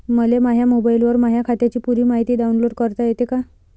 मले माह्या मोबाईलवर माह्या खात्याची पुरी मायती डाऊनलोड करता येते का?